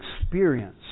experience